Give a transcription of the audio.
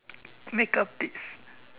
makeup tips